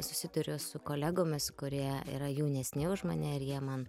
susiduriu su kolegomis kurie yra jaunesni už mane ir jie man